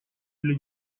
для